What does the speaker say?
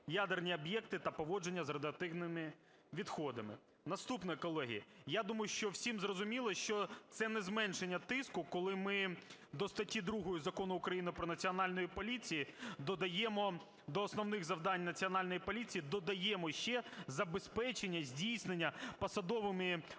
ядерні об'єкти та поводження з радіоактивними відходами. Наступне, колеги. Я думаю, що всім зрозуміло, що це не зменшення тиску, коли ми до статті 2 Закону України про Національну поліцію додаємо, до основних завдань Національної поліції додаємо ще забезпечення здійснення посадовими особами